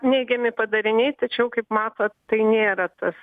neigiami padariniai tačiau kaip matot tai nėra tas